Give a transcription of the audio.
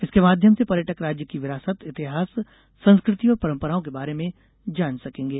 इसके माध्यम से पर्यटक राज्य की विरासत इतिहास संस्कृति और परम्पराओं के बारे में जान सकेंगे